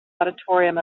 auditorium